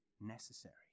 necessary